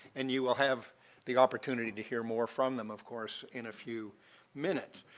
and you will have the opportunity to hear more from them, of course, in a few minutes.